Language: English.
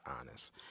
honest